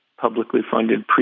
publicly-funded